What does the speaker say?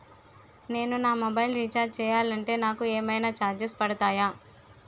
నేను నా mobile recharge చేయాలంటే నాకు ఏమైనా చార్జెస్ పడతాయా?